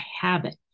habit